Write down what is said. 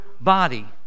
body